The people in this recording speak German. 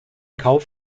kauf